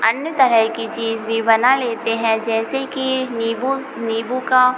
अन्य तरह की चीज़ भी बना लेते हैं जैसे कि नींबू नींबू का